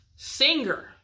Singer